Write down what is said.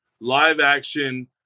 live-action